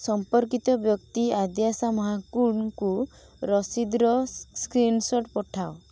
ସମ୍ପର୍କିତ ବ୍ୟକ୍ତି ଆଦ୍ୟାଶା ମହାକୁଡ଼ଙ୍କୁ ରସିଦର ସ୍କ୍ରିନଶଟ ପଠାଅ